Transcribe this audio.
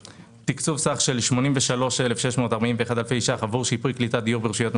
תקצוב סך של 83,641 אלפי שקלים עבור שיפוי ביוב ברשויות המקומיות.